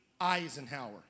Eisenhower